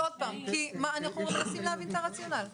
אנחנו מנסים להבין את הרציונל.